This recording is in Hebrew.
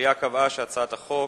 המליאה קבעה שהצעת החוק